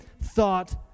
thought